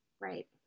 Right